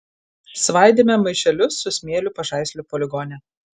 svaidėme maišelius su smėliu pažaislio poligone